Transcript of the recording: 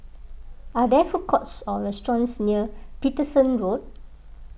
are there food courts or restaurants near Paterson Road